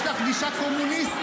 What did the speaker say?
יש לך גישה קומוניסטית.